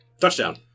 Touchdown